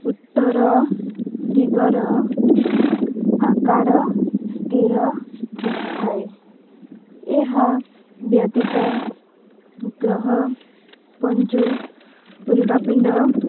ଉତ୍ତର ଦିଗର ଆକାର ସ୍ଥିର ରହିଥାଏ ଏହା ବ୍ୟତୀତ ଗ୍ରହ ଉଲକାପିଣ୍ଡ